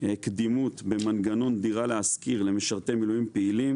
קדימות במנגנון דירה להשכיר למשרתי מילואים פעילים